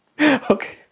Okay